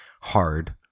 hard